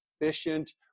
efficient